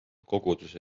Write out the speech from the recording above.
koguduse